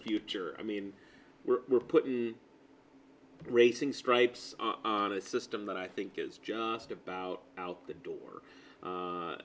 future i mean we're putting racing stripes on a system that i think is just about out the door